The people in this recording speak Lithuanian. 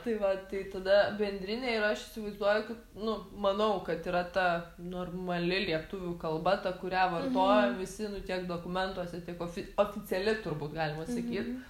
tai va tai tada bendrinė yra aš įsivaizduoju kad nu manau kad yra ta normali lietuvių kalba ta kurią vartoja visi nu tiek dokumentuose tiek ofi oficiali turbūt galima sakyt